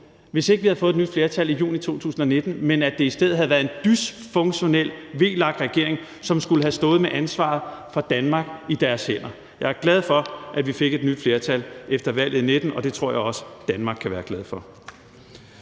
hvis ikke vi havde fået et nyt flertal i juni 2019, men havde fået en dysfunktionel VLAK-regering, som skulle have stået med ansvaret for Danmark i hænderne. Jeg er glad for, at vi fik et nyt flertal efter valget i 2019, og det tror jeg også Danmark kan være glad for.